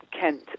Kent